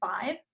five